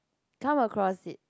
come across it